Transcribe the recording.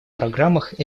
программах